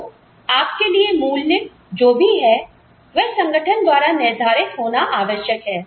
तो आप के लिए मूल्य जो भी है वह संगठन द्वारा निर्धारित होना आवश्यक है